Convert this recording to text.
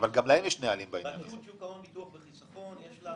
ביטוח וחיסכון.